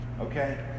okay